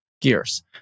gears